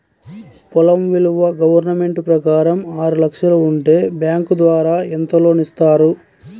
పొలం విలువ గవర్నమెంట్ ప్రకారం ఆరు లక్షలు ఉంటే బ్యాంకు ద్వారా ఎంత లోన్ ఇస్తారు?